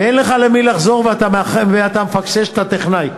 ואין לך למי לחזור, ואתה מפקשש את הטכנאי.